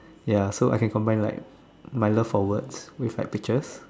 ya so I can combine like my love for words with like pictures